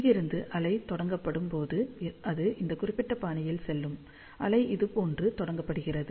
இங்கிருந்து அலை தொடங்கப்படும் போது அது இந்த குறிப்பிட்ட பாணியில் செல்லும் அலை இதுபோன்று தொடங்கப்படுகிறது